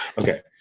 okay